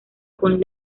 con